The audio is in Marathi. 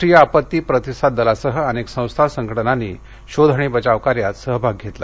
राष्ट्रीय आपत्ती प्रतिसाद दलासह अनेक संस्था संघटनांनी शोध आणि बचाव कार्यात सहभाग घेतला